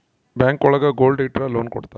bank ಒಳಗ gold ಇಟ್ರ loan ಕೊಡ್ತಾರ